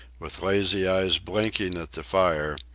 with lazy eyes blinking at the fire,